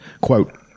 Quote